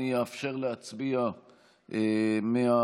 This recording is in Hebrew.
אני אאפשר להצביע מהמקום.